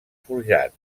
forjat